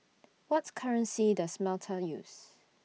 What currency Does Malta use